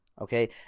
Okay